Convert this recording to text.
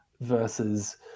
versus